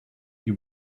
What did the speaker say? you